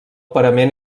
parament